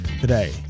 today